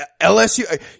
LSU